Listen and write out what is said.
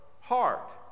heart